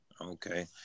Okay